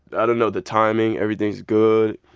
i don't know the timing. everything's good.